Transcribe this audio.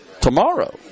tomorrow